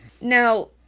Now